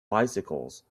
bicycles